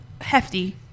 hefty